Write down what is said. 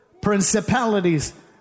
principalities